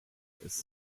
ist